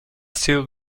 sido